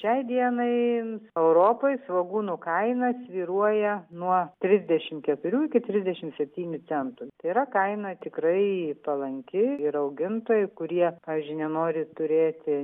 šiai dienai europoj svogūnų kaina svyruoja nuo trisdešimt keturių iki trisdešimt septynių centų tai yra kaina tikrai palanki ir augintojai kurie tą žinią nori turėti